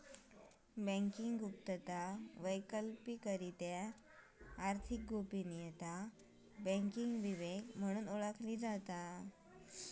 banking गुप्तता, वैकल्पिकरित्या आर्थिक गोपनीयता, बँकिंग विवेक म्हणून ओळखली जाता